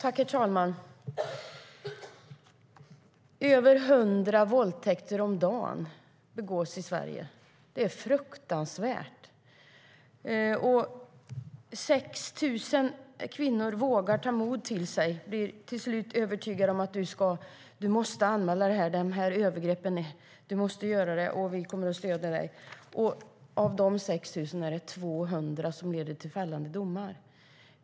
Herr talman! Över hundra våldtäkter om dagen begås i Sverige. Det är fruktansvärt. 6 000 kvinnor vågar ta mod till sig efter ha övertygats om att övergreppen måste anmälas och om att hon kommer att få stöd. Av dessa 6 000 anmälningar är det 200 som leder till fällande domar.